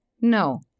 no